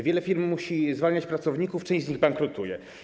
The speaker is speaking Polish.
Wiele firm musi zwalniać pracowników, część z nich bankrutuje.